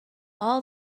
all